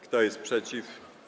Kto jest przeciw?